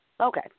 Okay